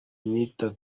nitanu